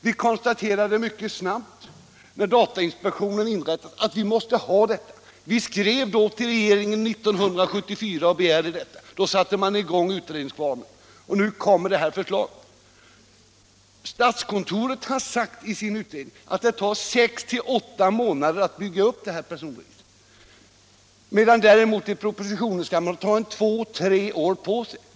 När datainspektionen hade inrättats upptäckte vi mycket snart att vi måste ha ett sådant register. Vi skrev till regeringen 1974 och begärde ett statligt personregister. Då sattes utredningskvarnen i gång, och nu kommer det här förslaget. Statskontoret har i sin utredning sagt att det tar sex till åtta månader att bygga upp ett personregister, medan det i propositionen föreslås att man skall ha två tre år på sig.